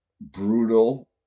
brutal